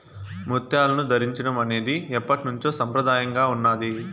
ముత్యాలను ధరించడం అనేది ఎప్పట్నుంచో సంప్రదాయంగా ఉన్నాది